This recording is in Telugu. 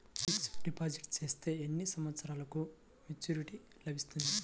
ఫిక్స్డ్ డిపాజిట్ చేస్తే ఎన్ని సంవత్సరంకు మెచూరిటీ లభిస్తుంది?